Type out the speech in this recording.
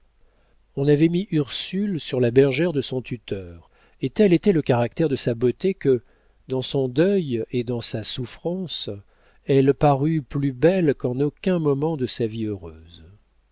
on avait mis ursule sur la bergère de son tuteur et tel était le caractère de sa beauté que dans son deuil et dans sa souffrance elle parut plus belle qu'en aucun moment de sa vie heureuse